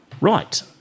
Right